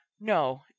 No